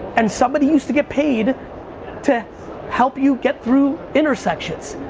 and somebody used to get paid to help you get through intersections.